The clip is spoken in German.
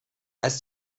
als